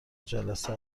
جلسه